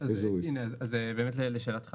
אז לשאלתך